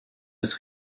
als